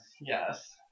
Yes